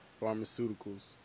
Pharmaceuticals